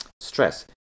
stress